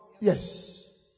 Yes